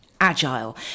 agile